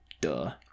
Duh